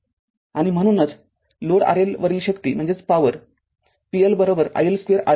आणि म्हणूनचलोड RL वरील शक्ती p L iL2 RLआहे